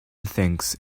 thinks